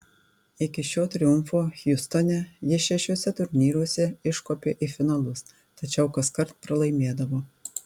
iki šio triumfo hjustone jis šešiuose turnyruose iškopė į finalus tačiau kaskart pralaimėdavo